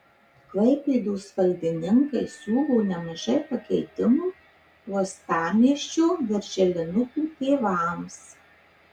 klaipėdos valdininkai siūlo nemažai pakeitimų uostamiesčio darželinukų tėvams